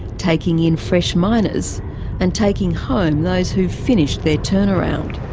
taking in fresh miners and taking home those who've finished their turnaround.